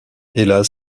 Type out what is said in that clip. hélas